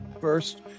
first